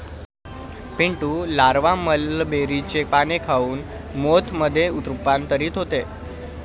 Pintu larva मलबेरीचे पाने खाऊन मोथ मध्ये रूपांतरित होते